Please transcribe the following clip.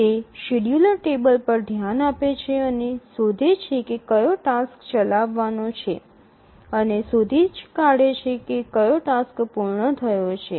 તે schedule table પર ધ્યાન આપે છે અને શોધે છે કે કયો ટાસ્ક ચલાવવાનો છે અને શોધી કાઢે છે કે કયો ટાસ્ક પૂર્ણ થયો છે